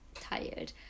tired